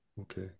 okay